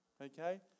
okay